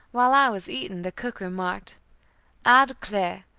while i was eating, the cook remarked i declar,